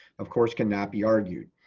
of course cannot be argued.